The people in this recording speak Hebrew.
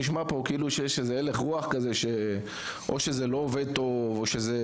נשמע פה כאילו שיש איזה הלך רוח שזה לא עובד טוב או שזה